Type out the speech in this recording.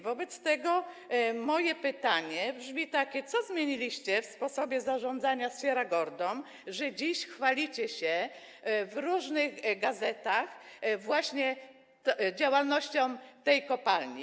Wobec tego moje pytanie brzmi: Co zmieniliście w sposobie zarządzania Sierra Gorda, że dziś chwalicie się w różnych gazetach właśnie działalnością tej kopalni?